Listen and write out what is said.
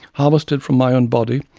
harvested from my own body,